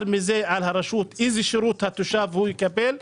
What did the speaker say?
ממנו איזה שירות התושב יקבל מהרשות.